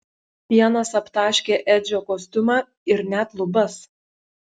pienas aptaškė edžio kostiumą ir net lubas